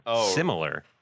similar